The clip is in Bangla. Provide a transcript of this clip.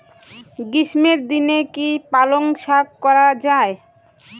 গ্রীষ্মের দিনে কি পালন শাখ করা য়ায়?